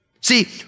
See